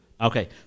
Okay